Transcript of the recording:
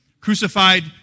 Crucified